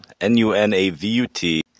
N-U-N-A-V-U-T